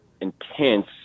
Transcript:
intense